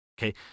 okay